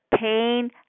pain